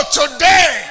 today